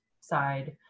side